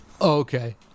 Okay